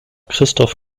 christoph